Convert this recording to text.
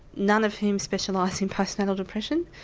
none of whom specialise in postnatal depression,